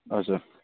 हजुर